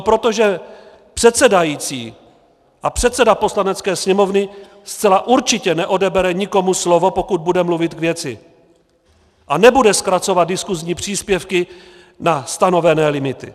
Protože předsedající a předseda Poslanecké sněmovny zcela určitě neodebere nikomu slovo, pokud bude mluvit k věci, a nebude zkracovat diskusní příspěvky na stanovené limity.